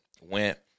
Went